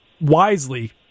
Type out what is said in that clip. wisely